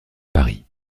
paris